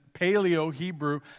paleo-Hebrew